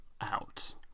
out